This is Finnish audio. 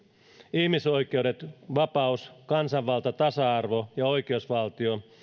ihmisoikeudet vapaus kansanvalta tasa arvo ja oikeusvaltio